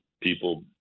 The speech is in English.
people